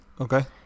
okay